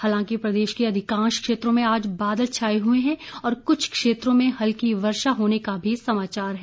हालांकि प्रदेश के अधिकांश क्षेत्रों में आज बादल छाए हुए हैं और कुछ क्षेत्रों हल्की वर्षा होने का भी समाचार है